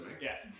Yes